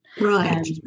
Right